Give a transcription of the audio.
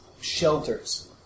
shelters